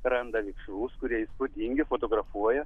randa vikšrus kurie įspūdingi fotografuoja